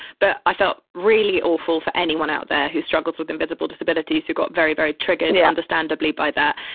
but i felt really awful for anyone out there who struggles with invisible disabilities, who got very, very triggered, yeah understandably, by that.